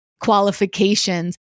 Qualifications